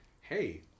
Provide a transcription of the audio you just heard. hey